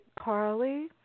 Carly